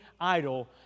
idol